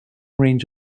range